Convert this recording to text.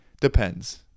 depends